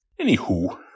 Anywho